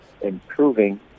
improving